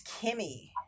Kimmy